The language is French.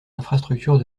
infrastructures